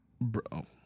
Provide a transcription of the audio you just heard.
bro